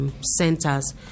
centers